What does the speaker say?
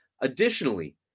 Additionally